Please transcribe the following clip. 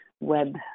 web